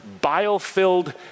bile-filled